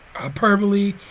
hyperbole